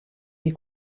sie